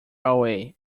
away